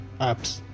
apps